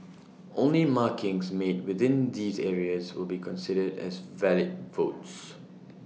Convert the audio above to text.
only markings made within these areas will be considered as valid votes